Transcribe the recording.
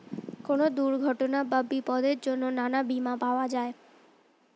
কোন দুর্ঘটনা বা বিপদের জন্যে নানা বীমা পাওয়া যায়